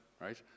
right